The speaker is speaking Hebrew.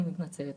אני מתנצלת,